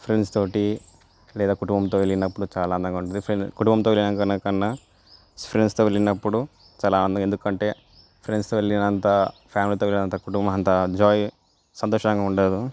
ఫ్రెండ్స్తోటి లేదా కుటుంబంతో వెళ్ళినప్పుడు చాలా అందంగా ఉంటుంది కుటుంబంతో వెళ్ళడంకన్నా ఫ్రెండ్స్తో వెళ్ళినప్పుడు చాలా ఆనందం ఎందుకంటే ఫ్రెండ్స్తో వెళ్ళినంత ఫ్యామిలీతో వెళ్లినంత కుటుంబం అంత జాయ్ సంతోషంగా ఉండదు